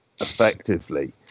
effectively